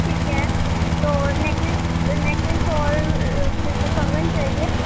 ٹھیک ہے تو نیکلس نیکلس اور میرے کو کنگن چاہیے